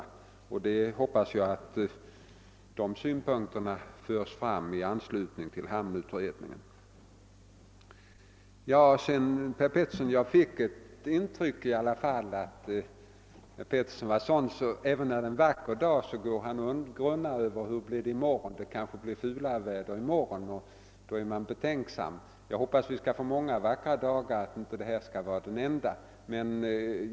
De synpunkterna hoppas jag också förs fram i bedömningen av hamnutredningens förslag. Sedan fick jag av herr Peterssons i Gäddvik anförande det intrycket, att även om det är en vacker dag, så går herr Petersson och funderar över hur det kan bli i morgon. Det blir kanske sämre väder då, och det gör honom betänksam. Men jag hoppas att det skall bli många vackra dagar och att detta alltså inte skall vara den enda.